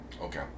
Okay